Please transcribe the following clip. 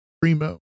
Primo